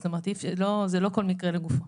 זאת אומרת, זה לא כל מקרה לגופו.